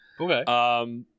Okay